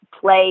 play